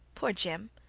poor jim!